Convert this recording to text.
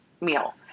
meal